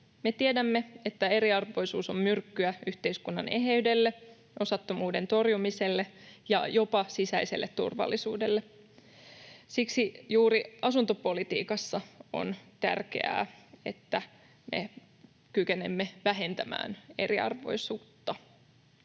Me tiedämme, että eriarvoisuus on myrkkyä yhteiskunnan eheydelle, osattomuuden torjumiselle ja jopa sisäiselle turvallisuudelle. Siksi juuri asuntopolitiikassa on tärkeää, että me kykenemme vähentämään eriarvoisuutta.